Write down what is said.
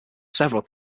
several